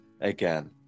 again